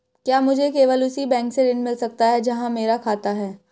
क्या मुझे केवल उसी बैंक से ऋण मिल सकता है जहां मेरा खाता है?